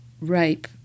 rape